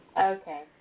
Okay